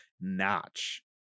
notch